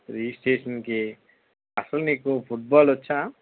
registration కి అస్సలు నీకు ఫుట్ బాల్ వచ్చా